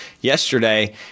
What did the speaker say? yesterday